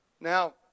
Now